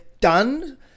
done